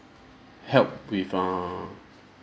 help with err